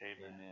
Amen